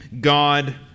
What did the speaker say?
God